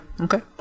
okay